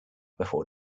before